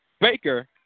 Baker